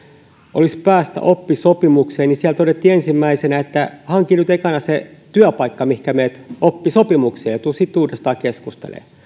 olisi päästä oppisopimukseen niin siellä todettiin ensimmäisenä että hanki nyt ekana se työpaikka mihinkä menet oppisopimukseen ja tule sitten uudestaan keskustelemaan